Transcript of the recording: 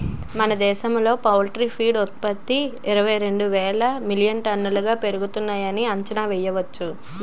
దేశం మొత్తంలో poultry feed ఉత్త్పతి ఇరవైరెండు మిలియన్ టన్నులుగా పెరుగుతున్నాయని అంచనా యెయ్యొచ్చు